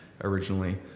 originally